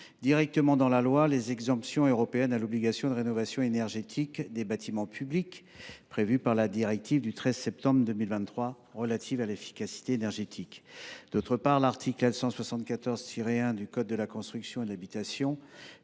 retient déjà les exemptions européennes à l’obligation de rénovation énergétique des bâtiments publics prévue dans la directive du 13 septembre 2023 relative à l’efficacité énergétique. D’autre part, l’article L. 174 1 du code de la construction et de l’habitation